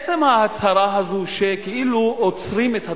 עצם ההצהרה הזו שכאילו עוצרים את התוכנית,